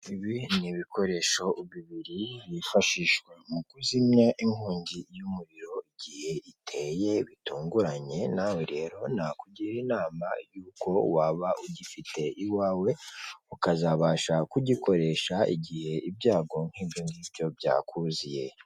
Ibi n'ibikoresho bibiri byifashishwa mukuzimya inkongi y'umuriro igihe iteye bitunguranye nawe rero nakugira inama yuko waba ugifite iwawe ukazabasha kugikoresha igihe ibyago nkibyongibyo byakuziye .